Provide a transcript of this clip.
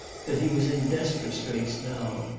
that he was in desperate straits now,